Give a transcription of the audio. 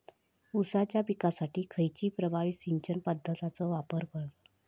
ऊसाच्या पिकासाठी खैयची प्रभावी सिंचन पद्धताचो वापर करतत?